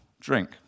drink